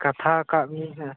ᱠᱟᱛᱷᱟ ᱟᱠᱟᱫ ᱢᱤᱭᱟᱹᱧ ᱦᱟᱸᱜ